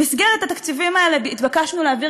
במסגרת התקציבים האלה התבקשנו להעביר